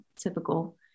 typical